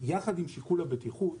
יחד עם שיקול הבטיחות,